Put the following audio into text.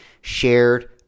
shared